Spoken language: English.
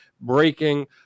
breaking